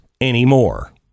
anymore